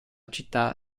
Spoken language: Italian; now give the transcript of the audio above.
città